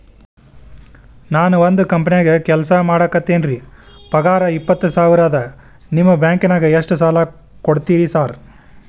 ನಾನ ಒಂದ್ ಕಂಪನ್ಯಾಗ ಕೆಲ್ಸ ಮಾಡಾಕತೇನಿರಿ ಪಗಾರ ಇಪ್ಪತ್ತ ಸಾವಿರ ಅದಾ ನಿಮ್ಮ ಬ್ಯಾಂಕಿನಾಗ ಎಷ್ಟ ಸಾಲ ಕೊಡ್ತೇರಿ ಸಾರ್?